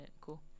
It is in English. cool